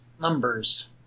numbers